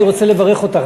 אני רוצה לברך אותך.